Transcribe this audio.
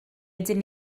ydyn